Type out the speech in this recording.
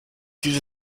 diese